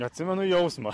atsimenu jausmą